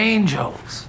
Angels